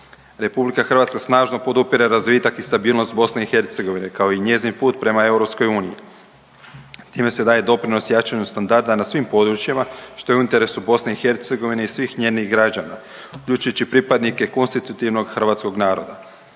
zemljama. RH snažno podupire razvitak i stabilnost BiH kao i njezin put prema EU. Time se daje doprinos jačanju standarda na svim područjima što je u interesu BiH i svih njenih građana uključujući pripadnike konstitutivnog hrvatskog naroda.